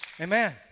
Amen